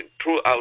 throughout